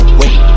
wait